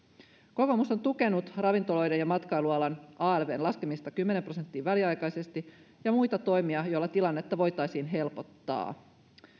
kokoomus on tukenut ravintoloiden ja matkailualan alvn laskemista kymmeneen prosenttiin väliaikaisesti ja muita toimia joilla tilannetta voitaisiin helpottaa